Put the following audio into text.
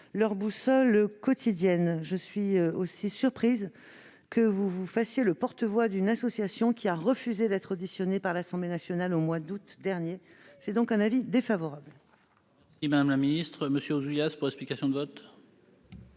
leur boussole quotidienne. Enfin, je suis surprise que vous vous fassiez le porte-voix d'une association qui a refusé d'être auditionnée par l'Assemblée nationale au mois d'août dernier. Le Gouvernement émet donc un avis défavorable. La parole est à M. Pierre Ouzoulias, pour explication de vote.